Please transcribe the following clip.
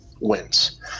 Wins